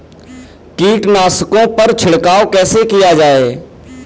कीटनाशकों पर छिड़काव कैसे किया जाए?